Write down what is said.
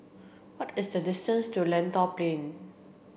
what is the distance to Lentor Plain